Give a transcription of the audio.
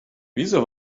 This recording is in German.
wieso